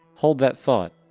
hold that thought,